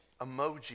emoji